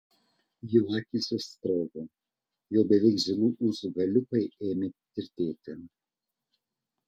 jo akys išsprogo jau beveik žilų ūsų galiukai ėmė tirtėti